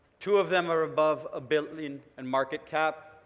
two of them are above a billion and market cap